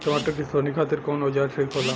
टमाटर के सोहनी खातिर कौन औजार ठीक होला?